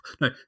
No